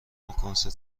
کنسرت